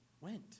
went